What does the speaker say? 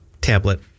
tablet